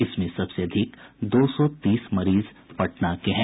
इसमें सबसे अधिक दो सौ तीस मरीज पटना के हैं